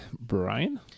brian